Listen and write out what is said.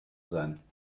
sein